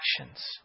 actions